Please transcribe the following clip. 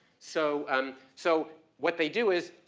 so um so what they do is,